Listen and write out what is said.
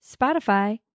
spotify